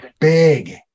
big